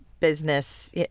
Business